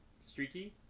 Streaky